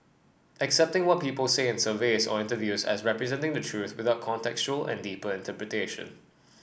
accepting what people say in surveys or interviews as representing the truth without contextual and deeper interpretation